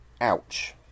Ouch